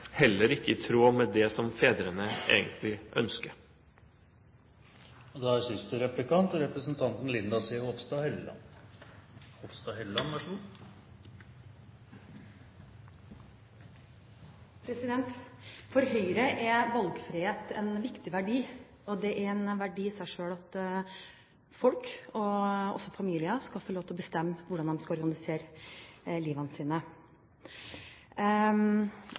heller ikke i tråd med det som fedrene egentlig ønsker. For Høyre er valgfrihet en viktig verdi, og det er en verdi i seg selv at folk og familier skal få lov til å bestemme hvordan man skal organisere